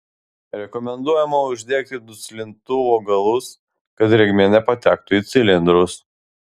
rekomenduojama uždengti duslintuvų galus kad drėgmė nepatektų į cilindrus